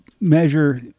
measure